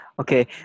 Okay